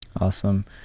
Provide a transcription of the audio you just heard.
awesome